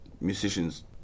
Musicians